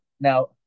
now